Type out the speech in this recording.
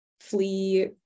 flee